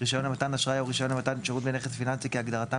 רישיון למתן אשראי או רישיון למתן שירות בנכס פיננסי כהגדרתם